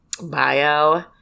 bio